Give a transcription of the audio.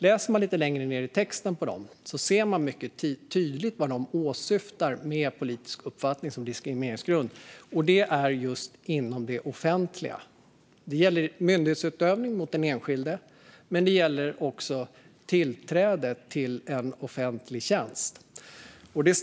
Läser man lite längre ned i texten ser man mycket tydligt vad de åsyftar med politisk uppfattning som diskrimineringsgrund, och det är just inom det offentliga. Det gäller myndighetsutövning mot den enskilde. Men det gäller också tillträde till en offentlig tjänst.